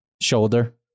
Shoulder